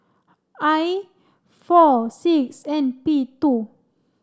I four six N P two